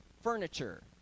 furniture